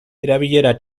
erabilera